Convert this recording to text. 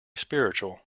spiritual